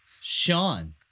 Sean